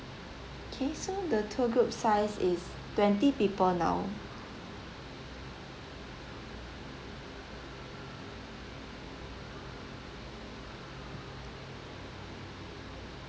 K the tour group size is twenty people now